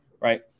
right